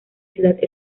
ciudad